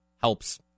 helps